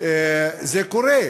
זה קורה?